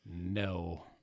No